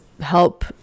help